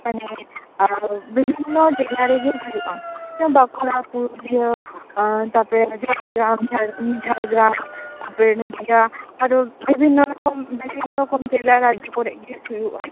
ᱢᱟᱱᱮ ᱵᱤᱵᱷᱤᱱᱱᱚ ᱡᱤᱞᱞᱟ ᱨᱮᱜᱮ ᱦᱩᱭᱩᱜᱼᱟ ᱵᱟᱸᱠᱩᱲᱟ ᱥᱩᱨ ᱨᱮᱦᱚᱸ ᱛᱟᱯᱚᱨᱮ ᱡᱷᱟᱲᱜᱨᱟᱢ ᱡᱷᱟᱲᱜᱨᱟᱢ ᱛᱟᱯᱚᱨᱮ ᱟᱨᱦᱚᱸ ᱵᱤᱵᱷᱤᱱᱱᱚ ᱨᱚᱠᱚᱢ ᱵᱤᱵᱷᱤᱱᱱᱚ ᱨᱚᱠᱚᱢ ᱡᱤᱞᱞᱟ ᱨᱟᱡᱽᱡᱚ ᱠᱚᱨᱮ ᱜᱮ ᱦᱩᱭᱩᱜᱼᱟ ᱛᱚ